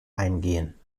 eingehen